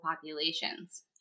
populations